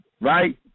right